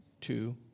two